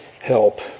help